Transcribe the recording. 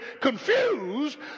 confused